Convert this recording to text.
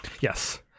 Yes